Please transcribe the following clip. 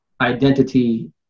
identity